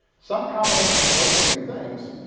some combination of those three things